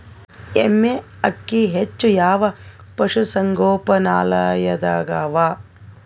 ಎಮ್ಮೆ ಅಕ್ಕಿ ಹೆಚ್ಚು ಯಾವ ಪಶುಸಂಗೋಪನಾಲಯದಾಗ ಅವಾ?